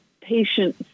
patient